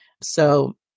So-